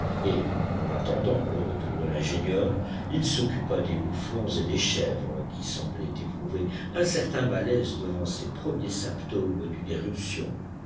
et en attendant le retour de l'ingénieur il s'occupa des mouflons et des chèvres qui semblaient éprouver un certain malaise devant ces premiers symptômes d'une éruption